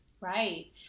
Right